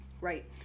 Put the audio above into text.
right